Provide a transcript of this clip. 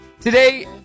Today